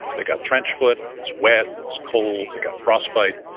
they got trench foot. it was wet. it was cold. they got frostbite.